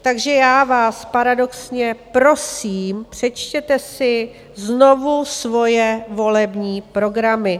Takže já vás paradoxně prosím, přečtěte si znovu svoje volební programy.